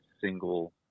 single